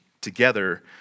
together